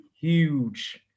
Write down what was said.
huge